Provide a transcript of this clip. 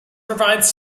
provides